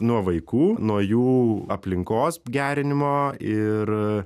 nuo vaikų nuo jų aplinkos gerinimo ir